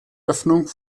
öffnung